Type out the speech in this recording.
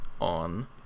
on